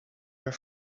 were